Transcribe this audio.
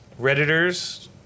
Redditors